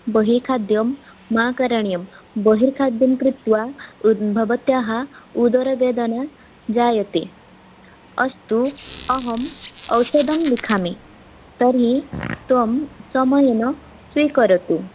बहिः खाद्यं मा करणीयं बहिर्खाद्यं कृत्वा उद् भवत्याः उदरवेदना जायते अस्तु अहम् औषधं लिखामि तर्हि त्वं समयेन स्वीकरोतु